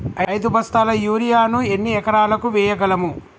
ఐదు బస్తాల యూరియా ను ఎన్ని ఎకరాలకు వేయగలము?